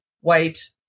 white